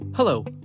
Hello